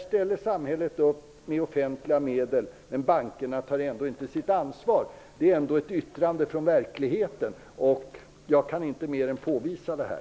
Samhället ställer upp med offentliga medel, men bankerna tar inte sitt ansvar. Det är ett yttrande från verkligheten. Jag kan inte göra mer än påvisa detta.